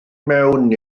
mewn